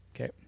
Okay